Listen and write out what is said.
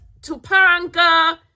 Tupanga